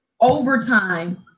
overtime